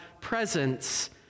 presence